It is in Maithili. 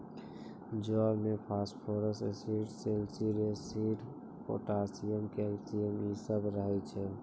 जौ मे फास्फोरस एसिड, सैलसिड एसिड, पोटाशियम, कैल्शियम इ सभ रहै छै